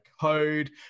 code